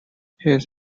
his